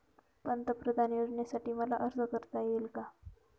पंतप्रधान योजनेसाठी मला अर्ज करता येईल का?